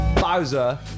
Bowser